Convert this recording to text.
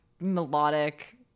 melodic